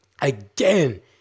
again